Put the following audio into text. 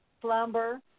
slumber